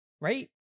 Right